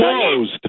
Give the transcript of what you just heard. closed